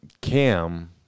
Cam